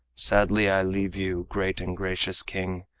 sadly i leave you, great and gracious king,